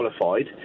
qualified